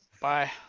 bye